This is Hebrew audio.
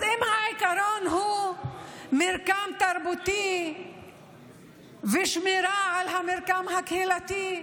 אם העיקרון הוא מרקם תרבותי ושמירה על המרקם הקהילתי,